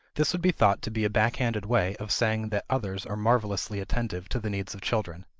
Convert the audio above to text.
this would be thought to be a backhanded way of saying that others are marvelously attentive to the needs of children.